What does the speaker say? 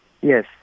Yes